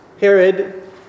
Herod